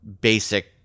basic